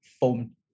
foam